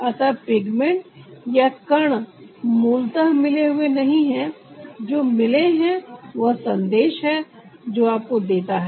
अतः पिगमेंट या कण मूलतः मिले हुए नहीं है जो मिले है वह संदेश है जो आपको देता है